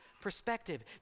perspective